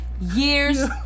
years